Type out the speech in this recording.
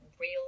real